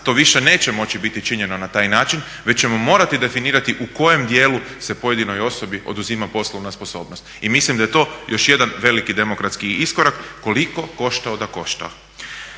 to više neće moći biti činjeno na taj način već ćemo morati definirati u kojem dijelu se pojedinoj osobi oduzima poslovna sposobnost. I mislim da je to još jedan veliki demokratski iskorak koliko koštao da koštao.